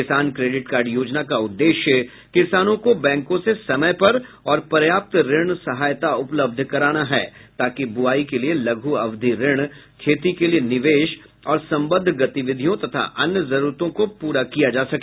किसान credit card योजना का उद्देश्य किसानों को बैंकों से समय पर और पर्याप्त ऋण सहायता उपलब्ध कराना है ताकि बुवाई के लिए लघु अवधि ऋण खेती के लिए निवेश और संबद्ध गतिविधियों तथा अन्य जरूरतों को पूरा किया जा सके